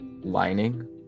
lining